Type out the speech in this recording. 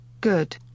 Good